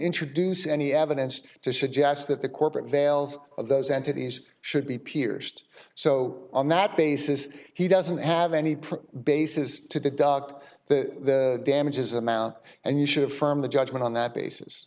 introduce any evidence to suggest that the corporate veil of those entities should be pierced so on that basis he doesn't have any proof basis to deduct the damages amount and you should affirm the judgment on that basis